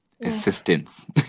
assistance